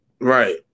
Right